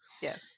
yes